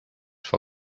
for